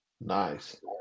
nice